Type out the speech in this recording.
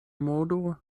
modo